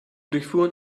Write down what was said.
durchfuhren